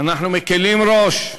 אנחנו מקלים ראש.